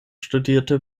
studierte